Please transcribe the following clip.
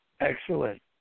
Excellent